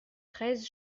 treize